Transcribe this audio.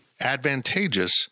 advantageous